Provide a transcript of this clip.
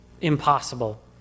impossible